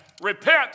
repent